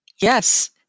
yes